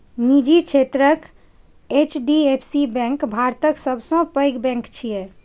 निजी क्षेत्रक HDFC bank भारतक सबसं पैघ बैंक छियै